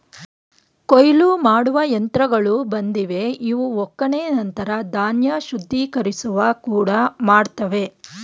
ಕೊಯ್ಲು ಮಾಡುವ ಯಂತ್ರಗಳು ಬಂದಿವೆ ಇವು ಒಕ್ಕಣೆ ನಂತರ ಧಾನ್ಯ ಶುದ್ಧೀಕರಿಸುವ ಕೂಡ ಮಾಡ್ತವೆ